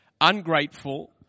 ungrateful